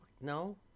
No